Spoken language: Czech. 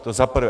To za prvé.